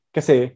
Kasi